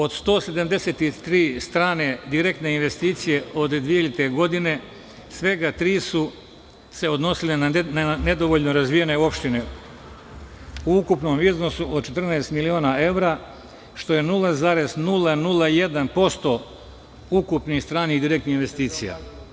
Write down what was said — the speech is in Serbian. Od 173 strane direktne investicije od 2000. godine svega tri su se odnosile na nedovoljno razvijene opštine u ukupnom iznosu od 14 miliona evra, što je 0,001% ukupnih stranih direktnih investicija.